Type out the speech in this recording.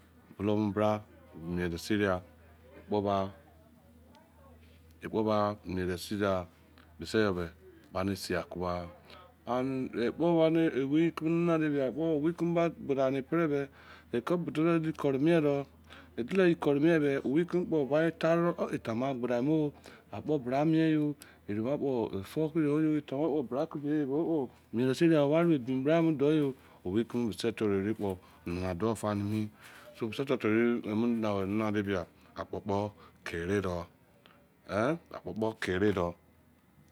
Bolou mu bra mien de seriai ekpo ba mien de serial. ekpo owei keme nana owei keme ba planm pre de ke be di kere do owei keme lepo ba taro oh eta ma gbadgi mo akpo bra mien yo ere kpo mien de seria owei keme mise toro ere kponana do fa ne ni, mise toro ere emi nana ware emi akpo kpo kere do eh akpo kpo kere do